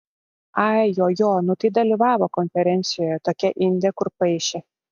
ai jo jo nu tai dalyvavo konferencijoje tokia indė kur paišė